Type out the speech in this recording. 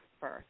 first